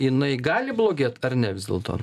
jinai gali blogėt ar ne vis dėlto